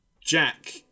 Jack